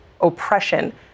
oppression